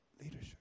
leadership